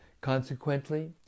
Consequently